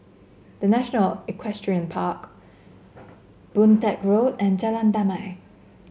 The National Equestrian Park Boon Teck Road and Jalan Damai